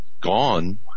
gone